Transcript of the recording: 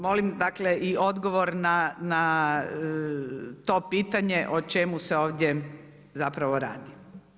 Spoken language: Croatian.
Molim dakle i odgovor na to pitanje o čemu se ovdje zapravo radi.